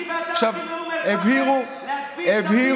אני ואתה הולכים לאום אל-פחם, של חזיר.